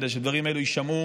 כדי שהדברים האלה יישמעו